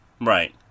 Right